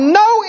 no